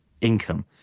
income